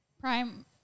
Prime